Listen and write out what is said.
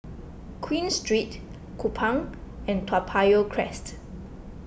Queen Street Kupang and Toa Payoh Crest